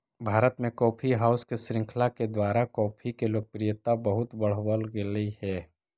भारत में coffee house के श्रृंखला के द्वारा कॉफी के लोकप्रियता बहुत बढ़बल गेलई हे